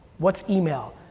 what's email?